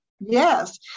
Yes